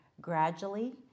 gradually